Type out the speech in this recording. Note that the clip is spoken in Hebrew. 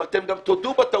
אם אתם גם תודו בטעות.